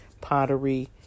pottery